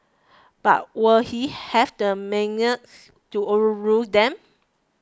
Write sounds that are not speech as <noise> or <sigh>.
but will he have the <unintelligible> to overrule them